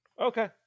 Okay